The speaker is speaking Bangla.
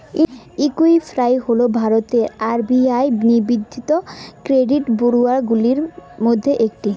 ঈকুইফ্যাক্স হল ভারতের আর.বি.আই নিবন্ধিত ক্রেডিট ব্যুরোগুলির মধ্যে একটি